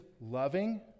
loving